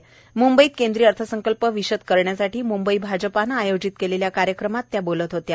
मंंबईत केंद्रीय अर्थसंकल्प विशद करण्यासाठी मंंबई भाजपानं आयोजित केलेल्या कार्यक्रमात त्या बोलत होत्या